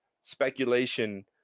speculation